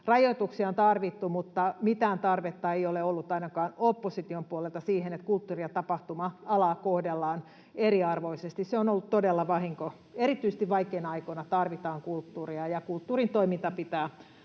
rajoituksia on tarvittu, mutta mitään tarvetta ei ole ollut ainakaan opposition puolelta siihen, että kulttuuri- ja tapahtuma-alaa kohdellaan eriarvoisesti. Se on ollut todella vahinko. Erityisesti vaikeina aikoina tarvitaan kulttuuria, ja kulttuurin toiminta pitää